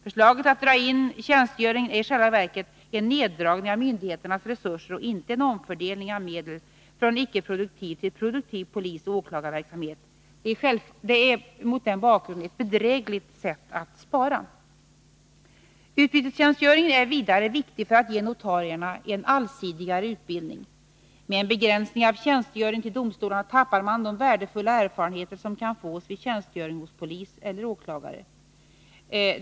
Förslaget att dra in tjänstgöringen är i själva verket en neddragning av myndigheternas resurser och inte en omfördelning av medel från icke-produktiv till produktiv polisoch åklagarverksamhet. Det är mot den bakgrunden ett bedrägligt sätt att spara. Utbytestjänstgöringen är vidare viktig för att ge notarierna en allsidigare utbildning. Med en begränsning av tjänstgöringen till domstolarna tappar man de värdefulla erfarenheter som kan fås vid tjänstgöring hos polis eller åklagare.